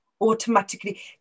automatically